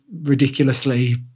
ridiculously